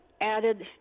added